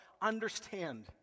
understand